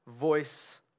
voice